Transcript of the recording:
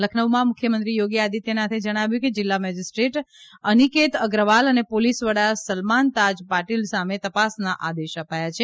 લખનઉમાં મુખ્યમંત્રી થોગી આદિત્યનાથે જણાવ્યું કે જીલ્લા મેજીસ્ટ્રેટ અનિકેત અગ્રવાલ અને પોલીસ વડા સલમાન તાજ પાટીલ સામે તપાસના આદેશ અપાયા છે